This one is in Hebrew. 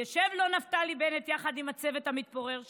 יושב לו נפתלי בנט יחד עם הצוות המתפורר שלו,